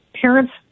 parents